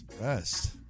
best